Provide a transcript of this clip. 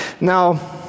Now